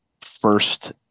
first